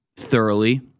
Thoroughly